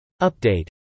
Update